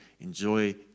Enjoy